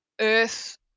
earth